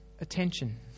attention